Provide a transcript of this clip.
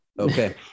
Okay